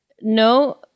No